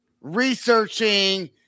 researching